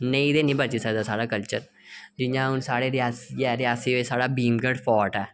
नेईं ता निं बची सकदा साढ़ा कल्चर ते जियां हून साढ़े रियासी बिच भीम गढ़ फोर्ट ऐ